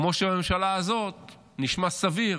כמו שלממשלה הזאת נשמע סביר